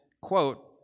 quote